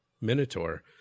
Minotaur